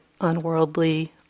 unworldly